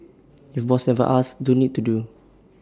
if boss never asks don't need to do